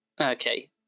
Okay